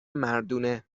مردونه